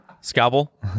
Scalpel